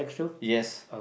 yes